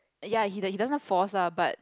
ya he like doesn't force lah but